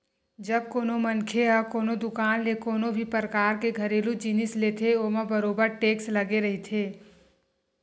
जब कोनो मनखे ह कोनो दुकान ले कोनो भी परकार के घरेलू जिनिस लेथे ओमा बरोबर टेक्स लगे रहिथे